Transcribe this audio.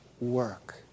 work